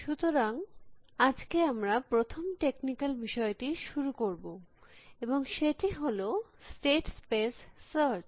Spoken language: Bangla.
সুতরাং আজকে আমরা প্রথম টেকনিকাল বিষয়টি শুরু করব এবং সেটি হল স্টেট স্পেস সার্চ